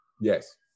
Yes